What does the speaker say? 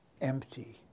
empty